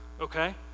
okay